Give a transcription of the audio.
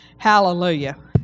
Hallelujah